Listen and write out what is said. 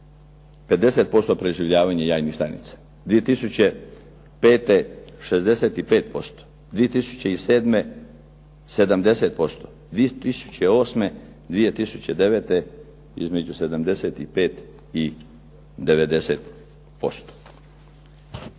50% preživljavanje jajnih stanica, 2005. 65%, 2007. 70%, 2008., 2009. između 75 i 90%.